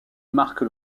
marque